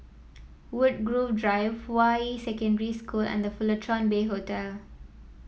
Woodgrove Drive Hua Yi Secondary School and The Fullerton Bay Hotel